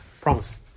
Promise